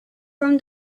from